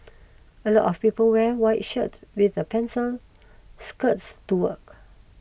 a lot of people wear white shirts with a pencil skirt to work